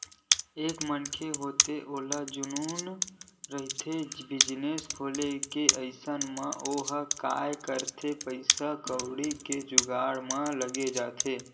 एक मनखे होथे ओला जनुन रहिथे बिजनेस खोले के अइसन म ओहा काय करथे पइसा कउड़ी के जुगाड़ म लग जाथे